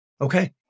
Okay